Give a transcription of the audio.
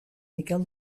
miquel